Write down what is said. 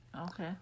Okay